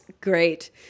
great